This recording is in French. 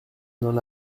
n’en